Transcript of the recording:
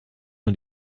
nur